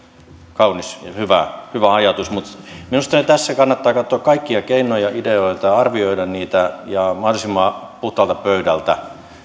kaunis ja hyvä ajatus minusta tässä kannattaa katsoa kaikkia keinoja ideoita ja arvioida niitä ja mahdollisimman puhtaalta pöydältä